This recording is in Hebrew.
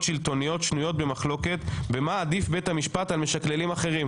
שלטוניות שנויות במחלוקת במה עדיף בית המשפט על משקללים אחרים".